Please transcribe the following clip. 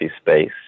space